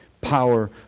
power